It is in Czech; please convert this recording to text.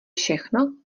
všechno